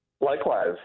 Likewise